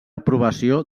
aprovació